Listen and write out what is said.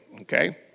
okay